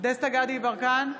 דסטה גדי יברקן,